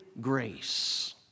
grace